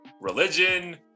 Religion